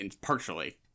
partially